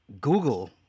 Google